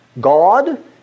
God